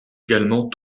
également